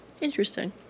Interesting